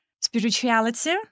spirituality